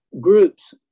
groups